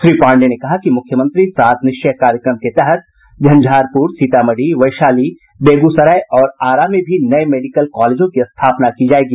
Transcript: श्री पाण्डेय ने कहा कि मुख्यमंत्री सात निश्चय कार्यक्रम के तहत झंझारपुर सीतामढ़ी वैशाली बेगूसराय और आरा में भी नये मेडिकल कॉलेजों की भी स्थापना की जायेगी